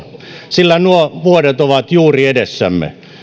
sillä nuo vuodet ovat juuri edessämme